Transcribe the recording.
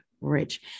rich